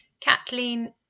Kathleen